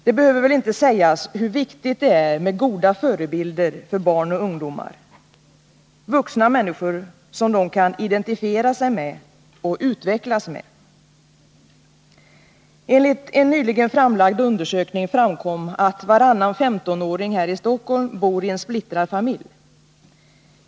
Det behöver väl inte sägas hur viktigt det är med goda förebilder för barn och ungdomar — vuxna människor som de kan identifiera sig med och utvecklas med. Enligt en nyligen framlagd undersökning har det visat sig att varannan 15-åring i Stockholm bor i en splittrad familj.